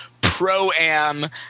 pro-am